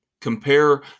Compare